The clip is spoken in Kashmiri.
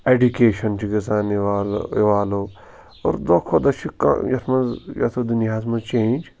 اٮ۪ڈُوکیشَن چھِ گَژھان اِوال اِوالو اور دۄہ کھۄتہٕ دۄہ چھِ کانٛہہ یَتھ منٛز یَتھ دُنیاہَس منٛز چینٛج